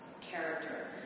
character